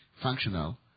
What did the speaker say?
functional